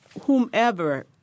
whomever